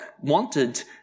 wanted